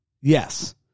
yes